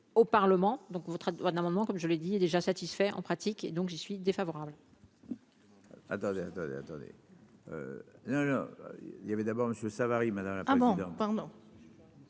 au parlement donc votre normalement moment comme je l'ai dit déjà satisfait en pratique et donc j'y suis défavorable.